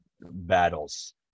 battles